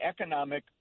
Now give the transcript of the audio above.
economic